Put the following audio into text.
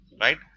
right